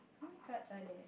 how many cards are there